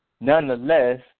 Nonetheless